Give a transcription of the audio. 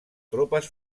tropes